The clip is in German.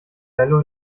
bello